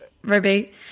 Ruby